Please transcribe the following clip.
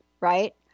right